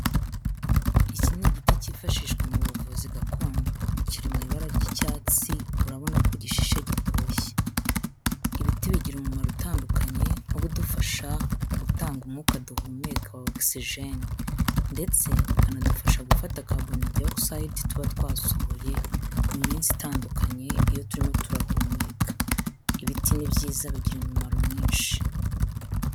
Iki ni igiti kifashishwa mu buvuzi gakondo, kiri mu ibara ry'icyatsi urabona ko gishishe gitoshye, ibiti bigira umumaro utandukanye nko kudufasha mu gutanga umwuka duhumeka wa oxygene ndetse bikanadufasha gufata carbon dioxide tuba twasohoye mu minsi itandukanye iyo turimo turahumeka, ibiti ni byiza bigira imimaro myinshi.